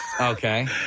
Okay